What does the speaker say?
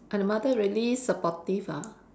and the mother really supportive ah